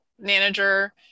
manager